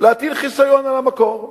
להטיל חיסיון על המקור.